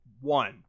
One